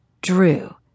Drew